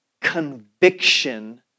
conviction